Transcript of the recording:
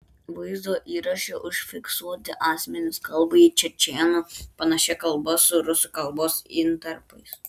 vaizdo įraše užfiksuoti asmenys kalba į čečėnų panašia kalba su rusų kalbos intarpais